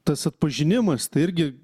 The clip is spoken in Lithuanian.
tas atpažinimas tai irgi